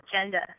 agenda